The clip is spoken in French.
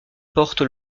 porte